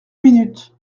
minutes